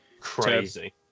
Crazy